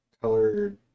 colored